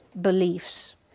beliefs